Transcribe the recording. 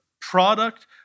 product